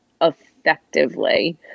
effectively